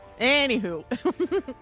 anywho